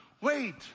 wait